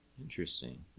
Interesting